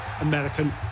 American